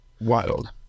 wild